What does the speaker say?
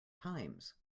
times